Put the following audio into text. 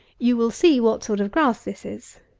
you will see what sort of grass this is.